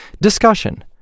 Discussion